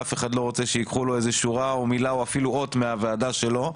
ואף אחד לא רוצה שייקחו לו איזה שורה או מילה או אפילו אות מהוועדה שלו,